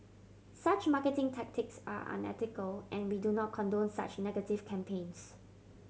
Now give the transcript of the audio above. such marketing tactics are unethical and we do not condone such negative campaigns